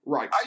Right